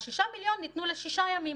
השישה מיליון ניתנו לשישה ימים,